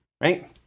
Right